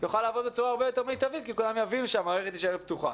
יוכל לעבוד בצורה הרבה יותר מיטבית כי כולם יבינו שהמערכת נשארת פתוחה.